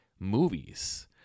movies